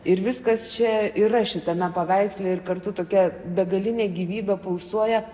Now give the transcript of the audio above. ir viskas čia yra šitame paveiksle ir kartu tokia begalinė gyvybė pulsuoja